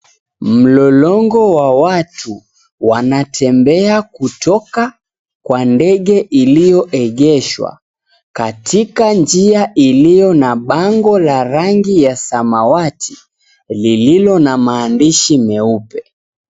Mlolongo wa watu wanatembea kutoka kwa ndege iliyoegeshwa katika njia iliyo na bango la samawati lililo na maandishi meupe.